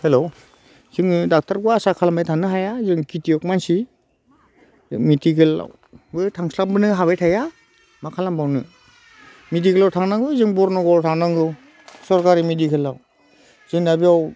hello जोङो डख्थ'रखौ आसा खालामबाय थानो हाया जों खेतियक मानसि मेडिकेलावबो थांस्लाबनो हाबाय थाया मा खालामबावनो मेडिकेलाव थांनांगौ जों बरन'गावआव थांनांगौ सोरकारि मेडिकेलाव जोंना बेयाव